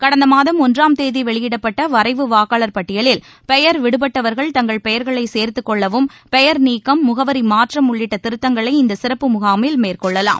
கடந்த மாதம் ஒன்றாம் தேதி வெளியிடப்பட்ட வரைவு வாக்காளர் பட்டியலில் பெயர் விடுபட்டவர்கள் தங்கள் பெயர்களை சேர்த்துக் கொள்ளவும் பெயர் நீக்கம் முகவரி மாற்றம் உள்ளிட்ட திருத்தங்களை இந்த சிறப்பு முகாமில் மேற்கொள்ளலாம்